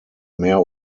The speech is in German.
mehr